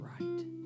right